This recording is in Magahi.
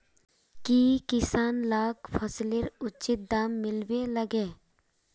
की किसान लाक फसलेर उचित दाम मिलबे लगे?